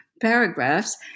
paragraphs